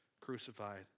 crucified